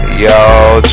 Y'all